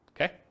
okay